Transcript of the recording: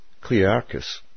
Clearchus